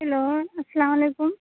hello السلام علیکم